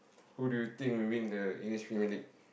who do you think will win the English Premier-League